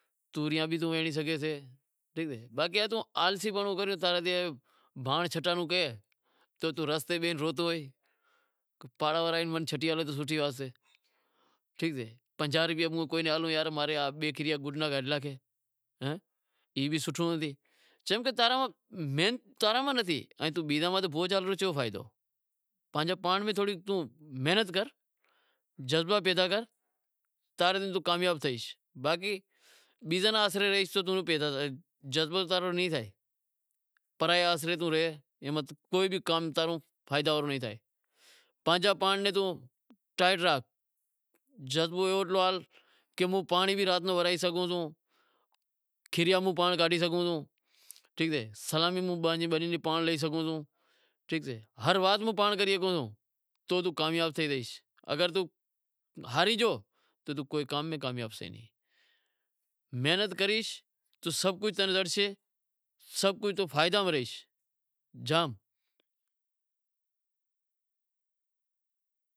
توریاں بھی توں ہنڑی سگھیں سے، بھانڑ بھی چھٹی شگیش، باقی تیں آلسی پنڑو کریو تو تاں نیں بھانڑ چھٹنڑ رو کہے تو توں رستے میں روتو وہے، چمکہ محنت تاں راں نتھی تھیتی بیزاں ماتھے بوج شوں کھاوتو؟ پانجو پانڑ بھی توں تھوڑی محنت کر، جذبا پیدا کر تاں رے توں کامیاب تھئیش باقی بیزاں رے آسرے رہیش تو توں کامیاب نیں تھیں، تاں رو جذبو نیں رہے، پرائے آسرے ماتھے توں رہیس کو بھی کام تاں رو فائدا واڑو نیں تھے، پانجے پ]انڑ نیں توں ٹائیٹ راکھ جذبو ایوو راکھ کہ ہوں پانڑی بھی رات رو وڑائی سگھاں تو، کھیریا موں پانڑ کاڈہی سگھاں تو، ٹھیک سے، سلامی مہں پانجی بنی ری پانڑ لئی شگوں تو، ٹھیک سے، ہر وات پانڑ کری رو تو توں کامیاب تھئی زائیش اگر توں ہاری گیو تو توں کامیاب نیں تھیں، اگر محنت کریش تو ہر چیز تمیں زڑشے، توں فائداں ماہ رہیس